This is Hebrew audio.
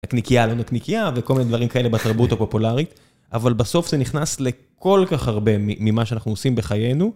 נקניקייה לא נקניקייה וכל מיני דברים כאלה בתרבות הפופולרית, אבל בסוף זה נכנס לכל כך הרבה ממה שאנחנו עושים בחיינו.